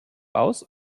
aus